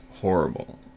horrible